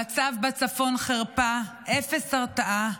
המצב בצפון חרפה, אפס הרתעה,